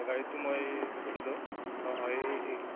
অঁ গাড়ীটো মই সুধিলো অঁ এই